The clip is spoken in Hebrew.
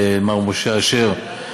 למר משה אשר,